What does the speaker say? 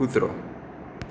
कुत्रो